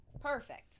Perfect